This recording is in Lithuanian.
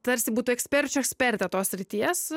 tarsi būtų eksperčių ekspertė tos srities